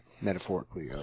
Metaphorically